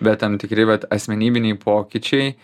bet tam tikri vat asmenybiniai pokyčiai